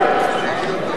רבותי,